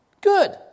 Good